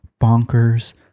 bonkers